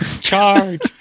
Charge